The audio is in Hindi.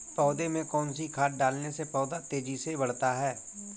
पौधे में कौन सी खाद डालने से पौधा तेजी से बढ़ता है?